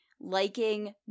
liking